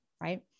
Right